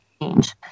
change